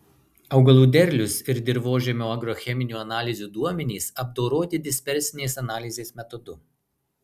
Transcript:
augalų derlius ir dirvožemio agrocheminių analizių duomenys apdoroti dispersinės analizės metodu